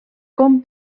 com